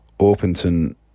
Orpington